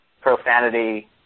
profanity